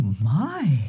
my